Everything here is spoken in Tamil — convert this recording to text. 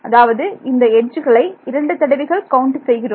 அதாவது இந்த எட்ஜ்களை இரண்டு தடவைகள் கவுண்ட் செய்கிறோம்